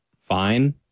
fine